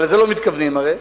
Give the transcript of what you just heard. אבל לזה לא מתכוונים הרי,